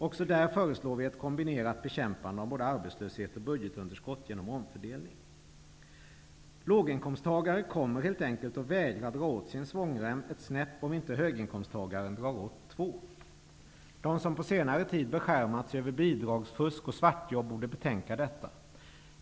Också där föreslår vi ett kombinerat bekämpande av både arbetslöshet och budgetunderskott genom omfördelning. Låginkomsttagare kommer helt enkelt att vägra dra åt sin svångrem ett snäpp om inte höginkomsttagaren drar åt två. De som på senare tid beskärmat sig över bidragsfusk och svartjobb borde betänka detta.